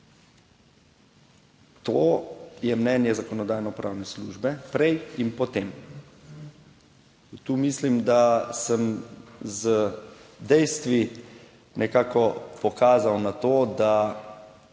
To je mnenje Zakonodajno-pravne službe prej in potem in tu mislim, da sem z dejstvi nekako pokazal na to, da